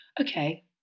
Okay